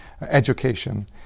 education